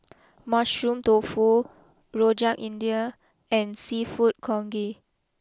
Mushroom Tofu Rojak India and Seafood Congee